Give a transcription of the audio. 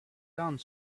done